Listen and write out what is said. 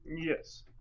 Yes